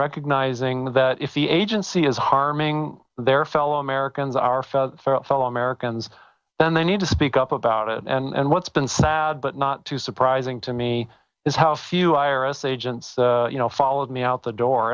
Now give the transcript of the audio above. recognizing that if the agency is harming their fellow americans our fellow fellow americans then they need to speak up about it and what's been sad but not too surprising to me is how few iris agents you know followed me out the door